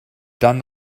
dann